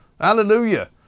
Hallelujah